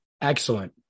Excellent